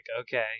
okay